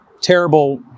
terrible